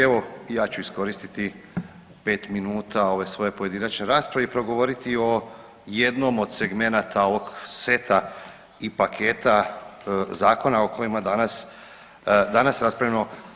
Evo i ja ću iskoristiti pet minuta ove svoje pojedinačne rasprave i progovoriti o jednom od segmenata ovog seta i paketa zakona o kojima danas raspravljamo.